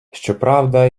щоправда